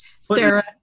sarah